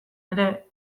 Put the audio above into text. ere